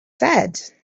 said